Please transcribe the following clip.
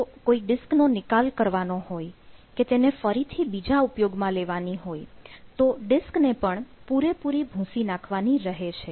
જો કોઈ ડિસ્ક નો નિકાલ કરવાનો હોય કે તેને ફરીથી બીજા ઉપયોગમાં લેવાની હોય તો ડિસ્કને પણ પૂરેપૂરી ભૂંસી નાખવાની રહે છે